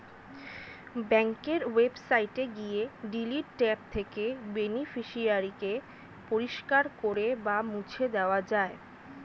ব্যাঙ্কের ওয়েবসাইটে গিয়ে ডিলিট ট্যাব থেকে বেনিফিশিয়ারি কে পরিষ্কার করে বা মুছে দেওয়া যায়